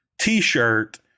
T-shirt